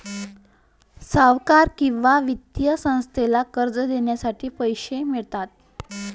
सावकार किंवा वित्तीय संस्थेला कर्ज देण्यासाठी पैसे मिळतात